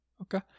Okay